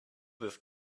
this